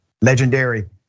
legendary